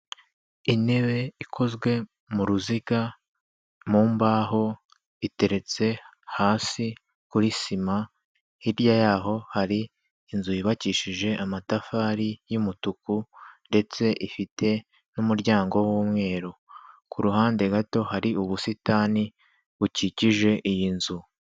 Intebe ikozwe mu ruziga mu mbaho iteretse hasi kuri sima, hirya y'aho hari inzu yubakishije amatafari y'umutuku ndetse ifite n'umuryango w'umweru, ku ruhande gato hari ubusitani bukikije iyi nzu.